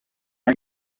you